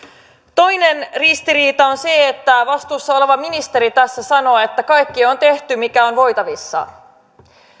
toinen ristiriita on se että vastuussa oleva ministeri tässä sanoo että kaikki on tehty mikä on voitavissa